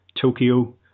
Tokyo